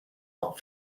not